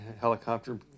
helicopter